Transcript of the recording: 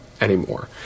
anymore